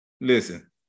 listen